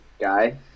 guy